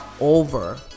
over